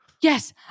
Yes